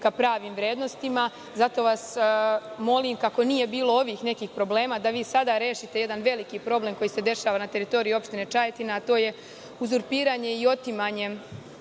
ka pravim vrednostima. Zato vas molim, kako nije bilo ovih nekih problema, da vi sada rešite jedan veliki problem koji se dešava na teritoriji opštine Čajetina, a to je uzurpiranje i otimanje